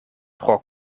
pro